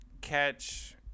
catch